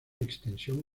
extensión